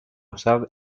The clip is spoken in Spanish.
usar